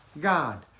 God